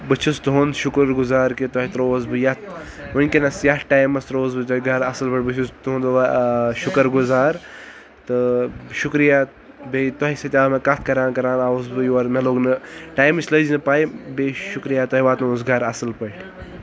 بہٕ چھس تُہُند شُکُر گزار کہِ تۄہہِ ترٛووس بہٕ یتھ وٕنکیٚنس یتھ ٹایمس ترٛووس بہٕ تۄہہِ گرِ اصل پٲٹھۍ بہٕ چھُس تُہُند شُکر گُزار تہٕ شُکریہ بیٚیہِ تۄہہِ سۭتۍ آو مےٚ کتھ کران کران آوُس بہٕ یور مےٚ لوٚگ نہٕ ٹایمٕچ لٔج نہٕ پاے بے شُکریہ تۄہہِ واتنووُس گرٕ اصل پٲٹھۍ